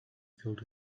filled